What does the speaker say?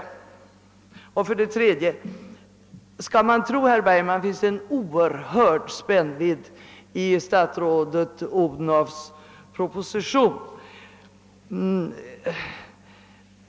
För det tredje: Skall man tro herr Bergman finns det en oerhörd spännvidd i statsrådet Odhnoffs proposition.